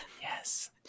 Yes